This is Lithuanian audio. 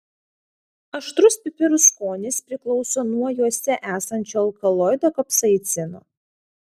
aštrus pipirų skonis priklauso nuo juose esančio alkaloido kapsaicino